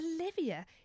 Olivia